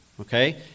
okay